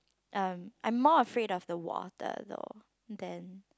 um I'm more afraid of the water though then